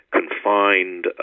confined